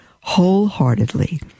wholeheartedly